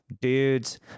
dudes